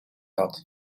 had